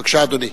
בבקשה, אדוני.